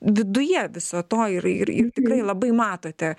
viduje viso to ir ir ir tikrai labai matote